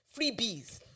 freebies